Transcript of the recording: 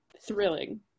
thrilling